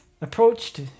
Approached